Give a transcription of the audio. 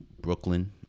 Brooklyn